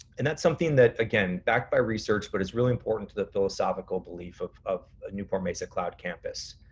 and that's something that, again, backed by research but it's really important to that philosophical belief of of newport-mesa cloud campus.